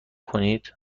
کنید